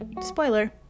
Spoiler